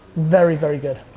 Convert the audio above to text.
very very good.